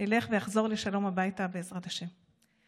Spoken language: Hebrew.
ילך ויחזור לשלום הביתה, בעזרת השם.